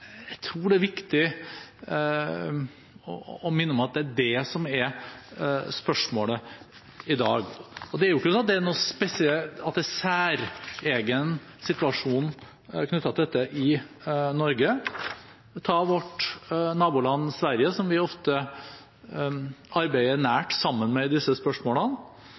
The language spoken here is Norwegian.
Jeg tror det er viktig å minne om at det er det som er spørsmålet i dag. Det er ikke slik at det er en særegen situasjon knyttet til dette i Norge. Ta vårt naboland Sverige, som vi ofte arbeider nært sammen med i disse spørsmålene: